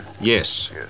Yes